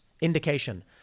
indication